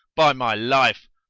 by my life!